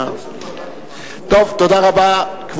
תודה רבה.